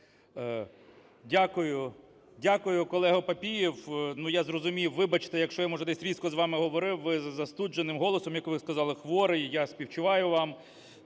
Дякую, колего Папієв. Ну, я зрозумів, вибачте, якщо я може десь різко з вами говорив. Ви з застудженим голосом, як ви сказали, хворий, я співчуваю вам,